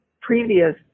previous